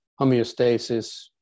homeostasis